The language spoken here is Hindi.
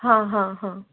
हाँ हाँ हाँ